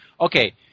okay